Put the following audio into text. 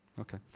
Okay